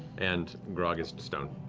and grog is stone.